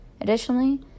Additionally